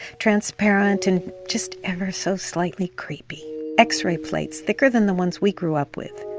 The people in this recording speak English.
transparent, and just ever so slightly creepy x-ray plates thicker than the ones we grew up with.